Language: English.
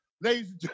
ladies